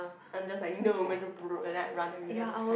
I'm just like no we're and then I run everywhere those kind